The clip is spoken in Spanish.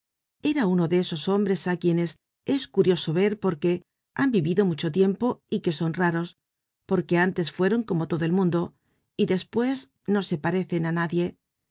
era uno de esos hombres á quienes es curioso ver porque han vivido mucho tiempo y que son raros porque antes fueron como todo el mundo y despues no se parecen á nadie